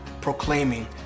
proclaiming